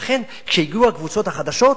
ולכן, כשהגיעו הקבוצות החדשות,